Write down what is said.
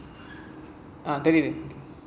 ah தெரியுது:theriyuthu